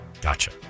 Gotcha